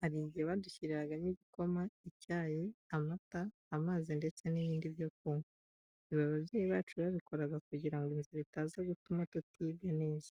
Hari igihe badushyiriragamo igikoma, icyayi, amata, amazi ndetse n'ibindi byo kunywa. Ibi ababyeyi bacu babikoraga kugira ngo inzara itaza gutuma tutiga neza.